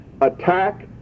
attack